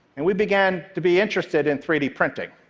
and we began to be interested in three d printing.